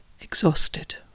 exhausted